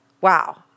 Wow